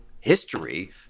history